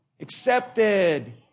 accepted